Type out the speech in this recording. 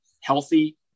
healthy